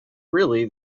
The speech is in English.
really